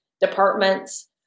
departments